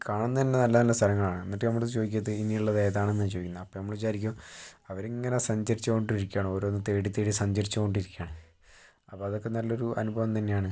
കാണുന്നത് തന്നെ നല്ല നല്ല സ്ഥലങ്ങളാണ് എന്നിട്ട് നമ്മുടെയടുത്ത് ചോദിക്കും ഇനിയുള്ളത് ഏതാണെന്നാണ് ചോദിക്കുന്നത് അപ്പം നമ്മൾ വിചാരിക്കും അവരിങ്ങനെ സഞ്ചരിച്ച് കൊണ്ടിരിക്കുകയാണ് ഓരോന്നും തേടി തേടി സഞ്ചരിച്ച് കൊണ്ടിരിക്കുകയാണ് അപ്പം അതൊക്കെ നല്ലൊരു അനുഭവം തന്നെയാണ്